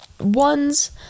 one's